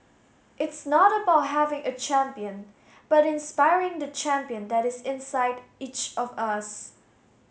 it's not about having a champion but inspiring the champion that is inside each of us